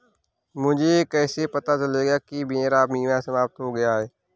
मुझे कैसे पता चलेगा कि मेरा बीमा समाप्त हो गया है?